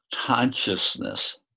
consciousness